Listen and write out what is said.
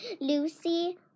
Lucy